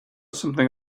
something